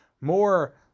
more